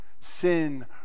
Sin